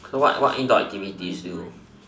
so what what indoor activities do you